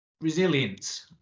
Resilience